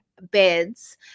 beds